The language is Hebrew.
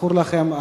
כזכור לכם,